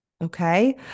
Okay